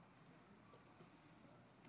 המצב הזה הוא מסוכן,